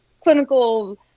clinical